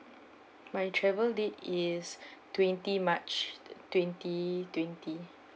my travel date is twenty march twenty twenty